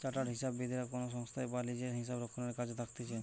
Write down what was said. chartered হিসাববিদরা কোনো সংস্থায় বা লিজে হিসাবরক্ষণের কাজে থাকতিছে